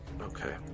Okay